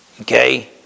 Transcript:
okay